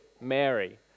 Mary